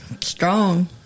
strong